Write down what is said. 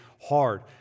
hard